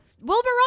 Wilbur